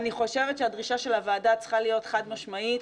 אני חושבת שהדרישה של הוועדה צריכה להיות חד משמעית,